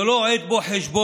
זו לא עת בוא חשבון